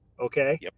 Okay